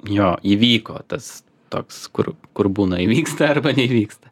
jo įvyko tas toks kur kur būna įvyksta arba neįvyksta